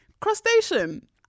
crustacean